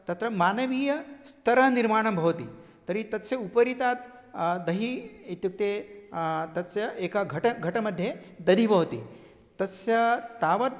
तत्र मानवीयस्तरनिर्माणं भवति तर्हि तस्य उपरि तत् दही इत्युक्ते तस्य एका घटः घटमध्ये दधि भवति तस्य तावत्